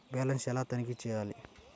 Balance ఎలా తనిఖీ చేయాలి?